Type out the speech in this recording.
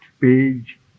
page